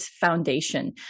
foundation